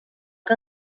que